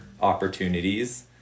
opportunities